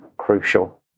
crucial